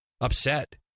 upset